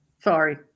Sorry